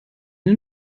den